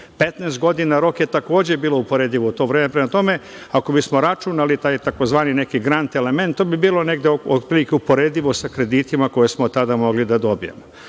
godina rok je takođe bio uporediv u to vreme. Prema tome, ako bismo računali taj tzv. neki grant element to bi bilo negde otprilike uporedivo sa kreditima koje smo tada mogli da dobijemo. Treći